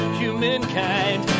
humankind